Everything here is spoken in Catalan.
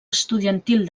estudiantil